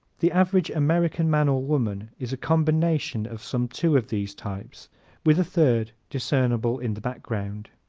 the average american man or woman is a combination of some two of these types with a third discernible in the background.